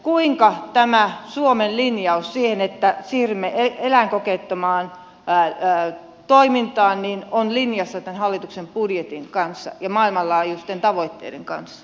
kuinka tämä suomen lin jaus että siirrymme eläinkokeettomaan toimintaan on linjassa tämän hallituksen budjetin kanssa ja maailmanlaajuisten tavoitteiden kanssa